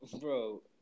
Bro